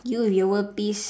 you your world peace